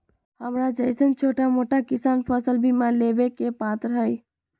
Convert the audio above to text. हमरा जैईसन छोटा मोटा किसान फसल बीमा लेबे के पात्र हई?